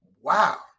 Wow